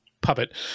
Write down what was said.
puppet